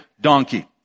donkey